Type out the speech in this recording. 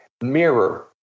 Mirror